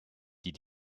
die